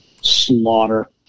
Slaughter